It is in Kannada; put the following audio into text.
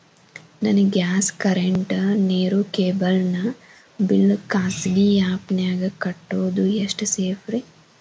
ನನ್ನ ಗ್ಯಾಸ್ ಕರೆಂಟ್, ನೇರು, ಕೇಬಲ್ ನ ಬಿಲ್ ಖಾಸಗಿ ಆ್ಯಪ್ ನ್ಯಾಗ್ ಕಟ್ಟೋದು ಎಷ್ಟು ಸೇಫ್ರಿ?